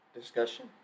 discussion